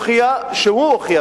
שהוא הוכיח,